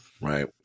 right